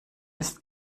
ist